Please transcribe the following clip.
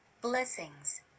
Blessings